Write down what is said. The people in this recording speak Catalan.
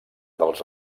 dels